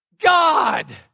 God